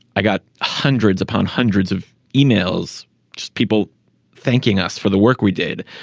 i got hundreds upon hundreds of you know e-mails just people thanking us for the work we did.